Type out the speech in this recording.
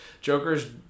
Joker's